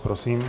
Prosím.